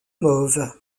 mauve